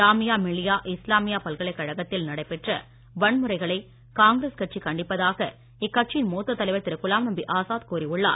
ஜாமியா மில்லியா இஸ்லாமிய பல்கலைக்கழகத்தில் நடைபெற்ற வன்முறைகளை காங்கிரஸ் கட்சி கண்டிப்பதாக இக்கட்சியின் மூத்த தலைவர் திரு குலாம் நபி ஆசாத் கூறி உள்ளார்